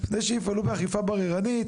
לפני שיפעלו באכיפה בררנית,